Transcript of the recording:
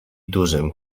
dużym